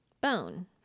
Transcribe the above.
bone